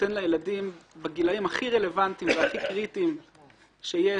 נותן לילדים בגילאים הכי רלוונטיים והכי קריטיים שיש,